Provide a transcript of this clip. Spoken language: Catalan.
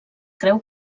creu